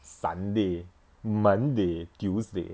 sunday monday tuesday